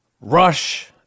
Rush